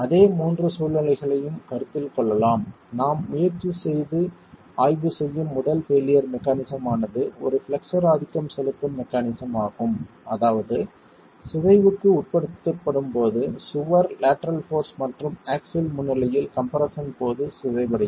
அதே மூன்று சூழ்நிலைகளையும் கருத்தில் கொள்ளலாம் நாம் முயற்சி செய்து ஆய்வு செய்யும் முதல் பெயிலியர் மெக்கானிஸம் ஆனது ஒரு பிளக்ஸர் ஆதிக்கம் செலுத்தும் மெக்கானிஸம் ஆகும் அதாவது சிதைவுக்கு உட்படுத்தப்படும் போது சுவர் லேட்டரல் போர்ஸ் மற்றும் ஆக்ஸில் முன்னிலையில் கம்ப்ரெஸ்ஸன்போது சிதைவடையும்